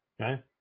Okay